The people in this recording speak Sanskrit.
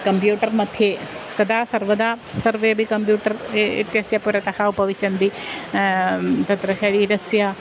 कम्प्यूटर् मध्ये सदा सर्वदा सर्वेऽपि कम्प्यूटर् इत्यस्य पुरतः उपविशन्ति तत्र शरीरस्य